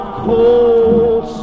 cold